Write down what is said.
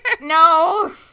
No